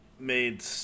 Made